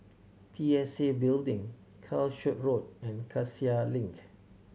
P S A Building Calshot Road and Cassia Link